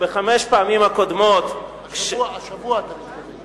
בחמש הפעמים הקודמות, השבוע, אתה מתכוון.